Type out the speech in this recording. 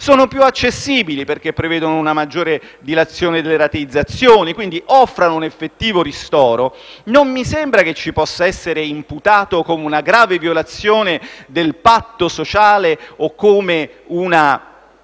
sono più accessibili (perché prevedono una maggiore dilazione delle rateizzazioni), quindi offrono un effettivo ristoro, non mi sembra che ci possa essere imputato come una grave violazione del patto sociale o come un